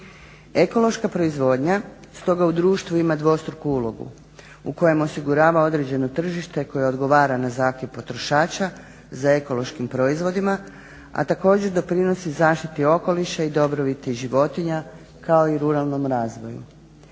Ekološka proizvodnja stoga u društvu ima dvostruku ulogu u kojem osigurava određeno tržište koje odgovara na zahtjev potrošača za ekološkim proizvodima, a također doprinosi zaštiti okoliša i dobrobiti životinja kao i ruralnom razvoju.